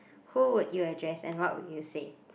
who would you address and what would you say